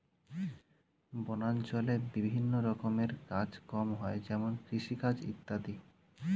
বনাঞ্চলে বিভিন্ন রকমের কাজ কম হয় যেমন কৃষিকাজ ইত্যাদি